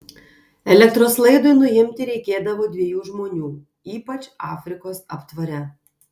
elektros laidui nuimti reikėdavo dviejų žmonių ypač afrikos aptvare